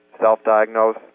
self-diagnose